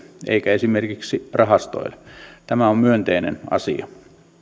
eikä esimerkiksi rahastoille tämä on myönteinen asia